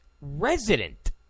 resident